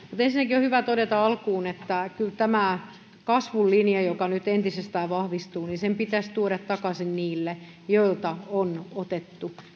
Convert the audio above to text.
ensinnäkin on hyvä todeta alkuun että kyllä tämän kasvun linjan joka nyt entisestään vahvistuu pitäisi tuoda takaisin niille joilta on otettu